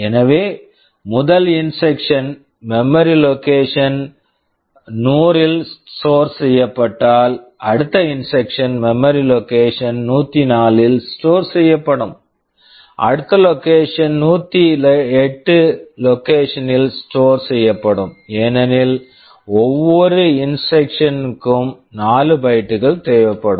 எனவே முதல் instruction instruction memory memory location location 100 இல் ஸ்டோர்ட் stored செய்யப்பட்டால் அடுத்த instruction instruction memory memory location location 104 ல் ஸ்டோர்ட் stored செய்யப்படும் அடுத்த லொகேஷன் location 108 லொகேஷன் location ல் ஸ்டோர்ட் stored செய்யப்படும் ஏனெனில் ஒவ்வொரு இன்ஸ்ட்ரக்ஷன் instruction க்கும் 4 பைட்டு bytes கள் தேவைப்படும்